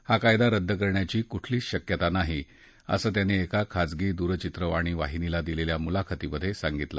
हा कायदा रद्द करण्याची कुठलीच शक्यता नाही असं त्यांनी एका खाजगी दूरचित्रवाणी वाहिनीला दिलेल्या मुलाखतीत सांगितलं